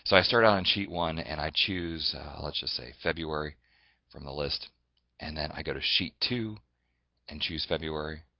so i started out on sheet one and i choose let's just say february from the list and then i go to sheet two and choose february